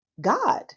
God